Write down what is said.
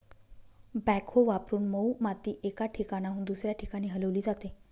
backhoe वापरून मऊ माती एका ठिकाणाहून दुसऱ्या ठिकाणी हलवली जाते